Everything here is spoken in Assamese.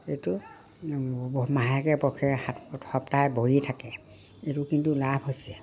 এইটো মাহেকে সপ্তাহে বহি থাকে এইটো কিন্তু লাভ হৈছে